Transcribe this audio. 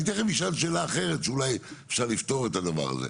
אני תכף אשאל שאלה אחרת שאולי אפשר יהיה לפתור את הדבר הזה.